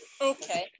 Okay